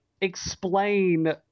explain